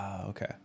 Okay